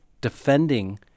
defending